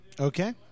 Okay